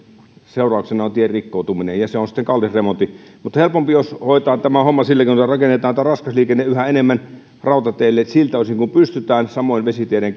seurauksena on tien rikkoutuminen se on sitten kallis remontti mutta helpompi olisi hoitaa tämä homma sillä keinoin että rakennetaan raskasta liikennettä yhä enemmän rautateille siltä osin kuin pystytään samoin vesiteiden